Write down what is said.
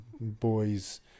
boys